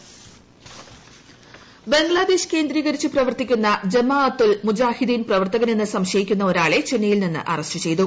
arrest Bangladesh കേന്ദ്രീകരിച്ച് പ്രവർത്തിക്കുന്ന Jamaatul Mujahideen പ്രവർത്തകനെന്ന് സംശയിക്കുന്ന ഒരാളെ ചെന്നൈയിൽ നിന്ന് അറസ്റ് ചെയ്തു